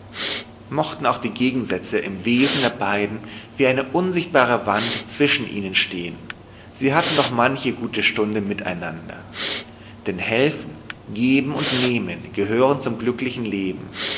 mochten auch die gegensätze im wesen der beiden wie eine unsichtbare wand zwischen ihnen stehen sie hatten doch manche gute stunde miteinander denn helfen geben und nehmen gehören zum glücklichen leben